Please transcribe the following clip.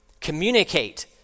communicate